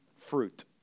fruit